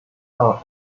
done